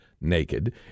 naked